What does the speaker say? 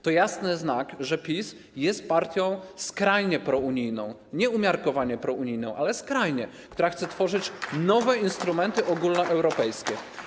To jasny znak, że PiS jest partią skrajnie prounijną, nie umiarkowanie, ale skrajnie prounijną, która chce tworzyć nowe instrumenty ogólnoeuropejskie.